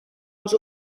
als